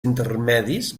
intermedis